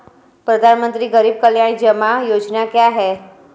प्रधानमंत्री गरीब कल्याण जमा योजना क्या है?